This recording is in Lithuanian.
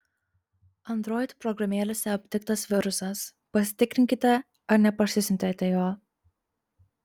android programėlėse aptiktas virusas pasitikrinkite ar neparsisiuntėte jo